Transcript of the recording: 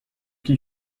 qui